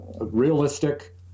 realistic